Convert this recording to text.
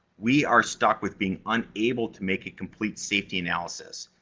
we are stuck with being unable to make a complete safety analysis.